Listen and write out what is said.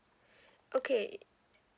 okay